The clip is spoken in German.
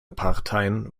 parteien